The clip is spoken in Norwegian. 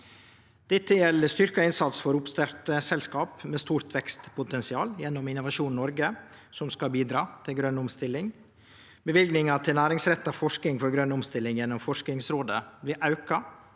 Dette gjeld styrkt innsats for oppstartselskap med stort vekstpotensial gjennom Innovasjon Noreg, som skal bidra til grøn omstilling. Løyvinga til næringsretta forsking for grøn omstilling gjennom Forskingsrådet blir auka,